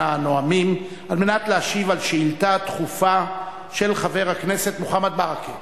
הנואמים על מנת להשיב על שאילתא דחופה של חבר הכנסת מוחמד ברכה.